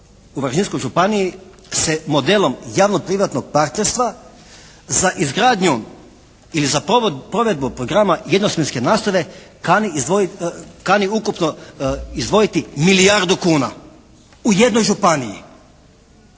u Varaždinskoj županiji se modelom javnoprivatnog partnerstva za izgradnju ili za provedbu programa jednosmjenske nastave kani ukupno izdvojiti milijardu kuna. U jednoj županiji.